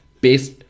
best